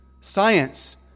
Science